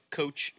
coach